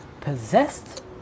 possessed